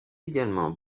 également